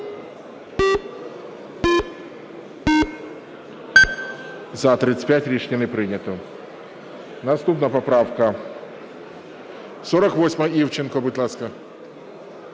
За-35 Рішення не прийнято. Наступна поправка 363. Євтушок, будь ласка.